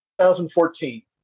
2014